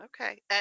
okay